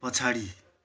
पछाडि